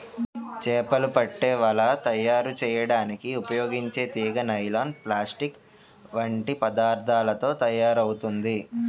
చేపలు పట్టే వల తయారు చేయడానికి ఉపయోగించే తీగ నైలాన్, ప్లాస్టిక్ వంటి పదార్థాలతో తయారవుతుంది